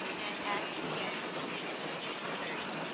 and x, again equals thirty.